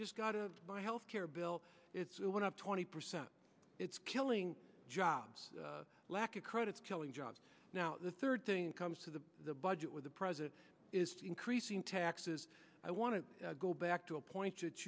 just got out of my health care bill it went up twenty percent it's killing jobs lack of credits killing jobs now the third thing in comes to the budget with the president is increasing taxes i want to go back to a point